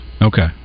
okay